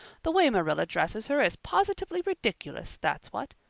the way marilla dresses her is positively ridiculous, that's what,